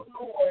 Lord